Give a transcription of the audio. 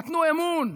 נתנו אמון,